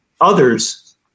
others